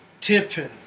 tipping